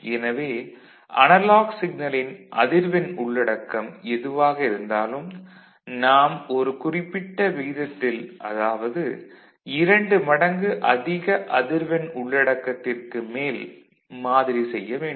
எனவே அனலாக் சிக்னலின் அதிர்வெண் உள்ளடக்கம் எதுவாக இருந்தாலும் நாம் ஒரு குறிப்பிட்ட விகிதத்தில் அதாவது இரண்டு மடங்கு அதிக அதிர்வெண் உள்ளடக்கத்திற்கு மேல் மாதிரி செய்ய வேண்டும்